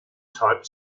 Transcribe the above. type